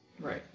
Right